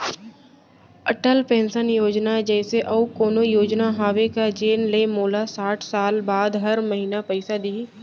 Atal pension योजना जइसे अऊ कोनो योजना हावे का जेन ले मोला साठ साल बाद हर महीना पइसा दिही?